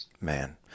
Man